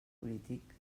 polític